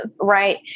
right